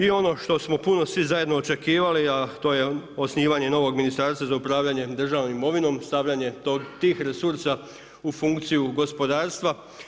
I ono što smo puno svi zajedno očekivali, a to je osnivanje novog Ministarstva za upravljanje državnom imovinom, stavljanjem tih resursa u funkciju gospodarstva.